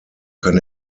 kann